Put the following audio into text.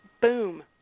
Boom